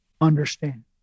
understand